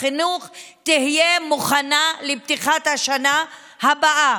החינוך תהיה מוכנה באמת לפתיחת השנה הבאה.